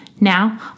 Now